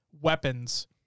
weapons